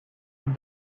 with